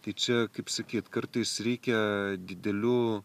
tai čia kaip sakyt kartais reikia didelių